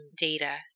data